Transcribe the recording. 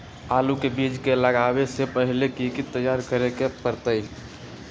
आलू के बीज के लगाबे से पहिले की की तैयारी करे के परतई?